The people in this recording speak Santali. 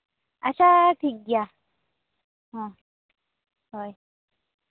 ᱟᱪᱪᱷᱟ ᱴᱷᱤᱠ ᱜᱮᱭᱟ ᱦᱚᱸ ᱦᱳᱭ